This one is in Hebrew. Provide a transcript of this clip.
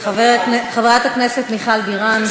חברת הכנסת מיכל בירן,